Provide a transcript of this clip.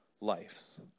lives